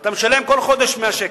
ואתה משלם כל חודש 100 שקל.